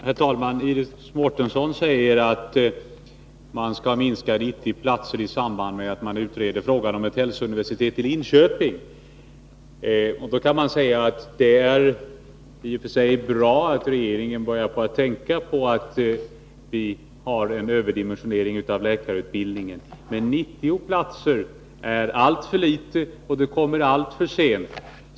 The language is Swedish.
Herr talman! Iris Mårtensson säger att man skall minska med 90 platser i samband med att man utreder frågan om ett hälsouniversitet i Linköping. Till det kan sägas att det i och för sig är bra att regeringen börjar tänka på att vi har en överdimensionering av läkarutbildningen, men 90 platser är en alltför liten minskning och den kommer alltför sent.